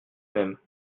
mêmes